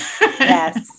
Yes